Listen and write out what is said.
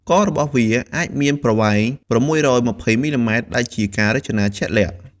ករបស់វាអាចមានប្រវែង ៦២០ មីលីម៉ែត្រ ដែលជាការរចនាជាក់លាក់។